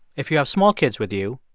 if you have small kids with you,